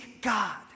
God